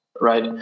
right